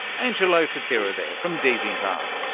angelo sotira there from deviantart.